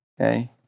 Okay